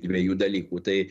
dviejų dalykų tai